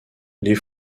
les